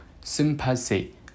sympathy